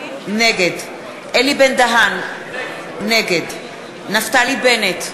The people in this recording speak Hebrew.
נגד אלי בן-דהן, נגד נפתלי בנט,